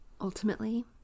Ultimately